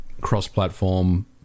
cross-platform